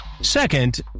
Second